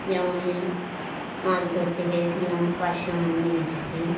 যেমন এই মাছ ধরতে গিয়েছিলাম পার্শে মাছ নিয়ে এসেছি